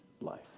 life